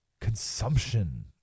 consumption